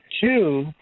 Two